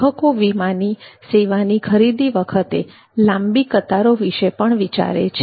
ગ્રાહકો વીમાની સેવાની ખરીદી વખતે લાંબી કતારો વિશે પણ વિચારે છે